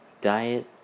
diet